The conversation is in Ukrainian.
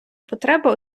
потреба